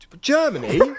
Germany